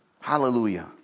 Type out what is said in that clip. Hallelujah